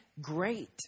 great